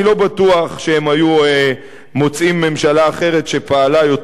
אני לא בטוח שהם היו מוצאים ממשלה אחרת שפעלה יותר